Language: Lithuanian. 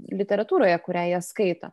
literatūroje kurią jie skaito